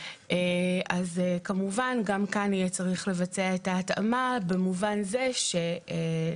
אז כמובן גם כאן יהיה צריך לבצע את ההתאמה במובן זה שלא